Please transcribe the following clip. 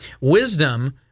Wisdom